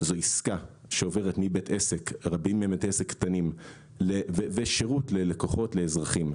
זו עסקה שעוברת מבית עסק בשירות ללקוחות לאזרחים.